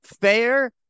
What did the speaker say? fair